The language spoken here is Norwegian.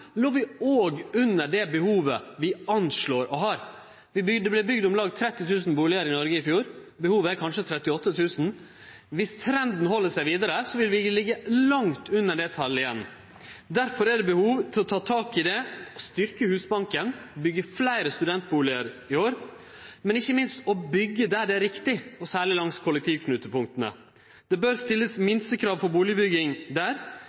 under det behovet ein anslår å ha. Det vart bygt om lag 30 000 bustader i Noreg i fjor. Behovet er kanskje 38 000. Viss trenden held seg vidare, vil ein liggje langt under det talet igjen. Derfor er det behov for å ta tak i det, styrkje Husbanken, byggje fleire studentbustader i år og ikkje minst å byggje der det er riktig, særleg langs kollektivknutepunkta. Det bør stillast minstekrav til bustadbygging der.